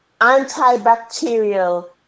antibacterial